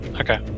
Okay